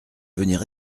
venir